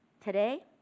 Today